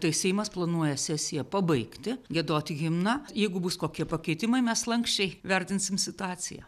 tai seimas planuoja sesiją pabaigti giedoti himną jeigu bus kokie pakeitimai mes lanksčiai vertinsim situaciją